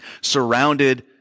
surrounded